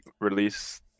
release